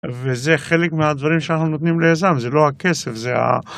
וזה חלק מהדברים שאנחנו נותנים ליזם, זה לא הכסף, זה ה...